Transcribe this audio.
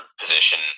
position